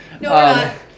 No